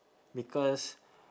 because